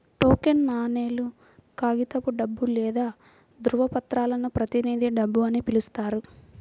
token నాణేలు, కాగితపు డబ్బు లేదా ధ్రువపత్రాలను ప్రతినిధి డబ్బు అని పిలుస్తారు